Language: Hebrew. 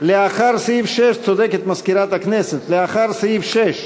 לאחר סעיף 6, צודקת מזכירת הכנסת לאחר סעיף 6,